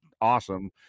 awesome